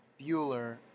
Bueller